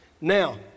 Now